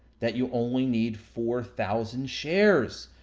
that you only need four thousand shares.